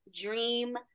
dream